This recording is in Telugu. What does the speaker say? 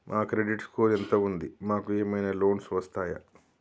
మా క్రెడిట్ స్కోర్ ఎంత ఉంది? మాకు ఏమైనా లోన్స్ వస్తయా?